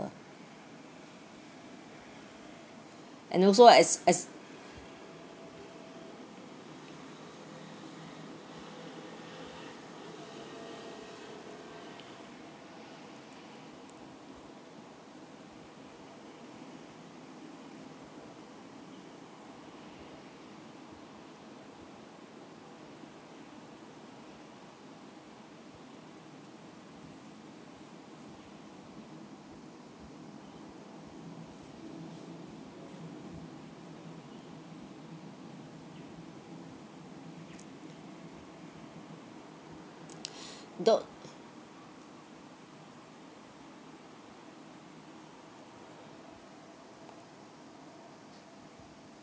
and also as as the